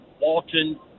Walton